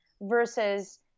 Versus